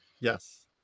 yes